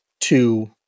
two